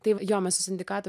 tai jo mes su sindikatu